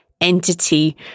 entity